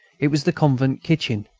it was the convent kitchen.